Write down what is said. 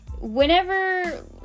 Whenever